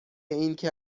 اینکه